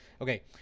okay